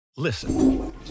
Listen